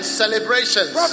celebrations